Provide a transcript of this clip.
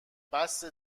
بسه